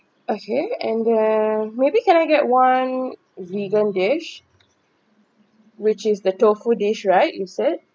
okay and then maybe can I get one vegan dish which is the tofu dish right you said